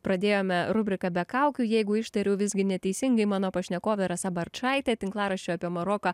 pradėjome rubriką be kaukių jeigu ištariau visgi neteisingai mano pašnekovė rasa barčaitė tinklaraščio apie maroką